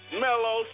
Mellow